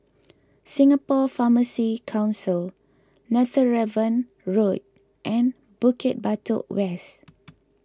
Singapore Pharmacy Council Netheravon Road and Bukit Batok West